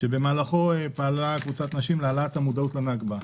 --- שבמהלכו פעלה קבוצת הנשים להעלאת המודעות לנכבה.